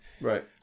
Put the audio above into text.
right